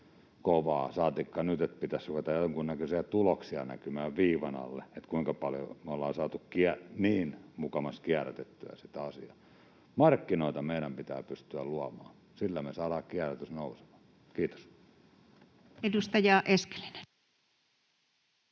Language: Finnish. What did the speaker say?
kovaa, saatikka nyt, että pitäisi ruveta jonkunnäköisiä tuloksia näkymään viivan alla siitä, kuinka paljon me ollaan saatu kierrätettyä — niin, mukamas kierrätettyä — sitä asiaa. Markkinoita meidän pitää pystyä luomaan. Sillä me saadaan kierrätys nousemaan. — Kiitos. [Speech